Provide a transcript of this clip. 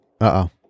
uh-oh